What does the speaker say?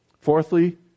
Fourthly